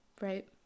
right